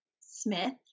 Smith